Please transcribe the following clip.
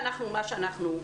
בשידור.